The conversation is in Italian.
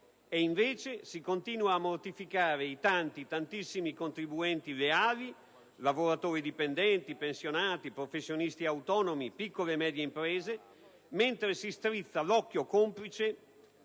invece si continua a mortificare i tanti, tantissimi contribuenti leali, lavoratori dipendenti, pensionati, professionisti autonomi, piccole e medie imprese, mentre si strizza l'occhio complice